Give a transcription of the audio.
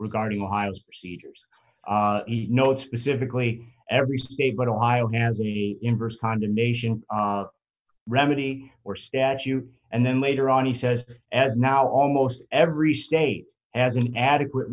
regarding ohio's procedures no specifically every state but ohio has the inverse condemnation remedy or statute and then later on he says as now almost every state has an adequate